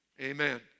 Amen